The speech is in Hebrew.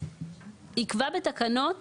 יקבע בתקנות